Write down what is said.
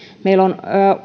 meillä on